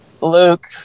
Luke